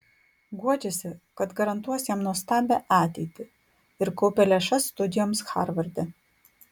guodžiasi kad garantuos jam nuostabią ateitį ir kaupia lėšas studijoms harvarde